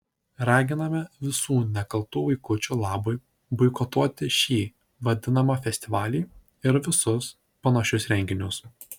raginame visų nekaltų vaikučių labui boikotuoti šį vadinamą festivalį ir visus panašius renginius